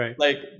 right